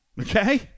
okay